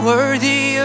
Worthy